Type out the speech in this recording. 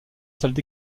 salles